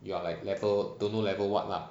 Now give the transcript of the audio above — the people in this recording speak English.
you are like level don't know level what lah